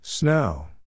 Snow